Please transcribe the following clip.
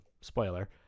Spoiler